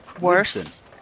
worse